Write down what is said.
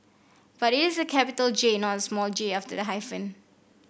but it's a capital J not a small j after the hyphen